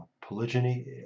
polygyny